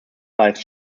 lies